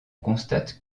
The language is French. constate